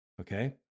Okay